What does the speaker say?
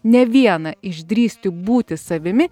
ne vieną išdrįsti būti savimi